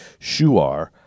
Shuar